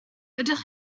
ydych